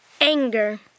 Anger